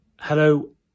Hello